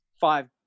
five –